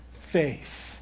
faith